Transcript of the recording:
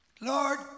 Lord